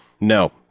no